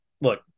look